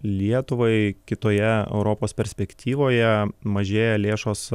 lietuvai kitoje europos perspektyvoje mažėja lėšos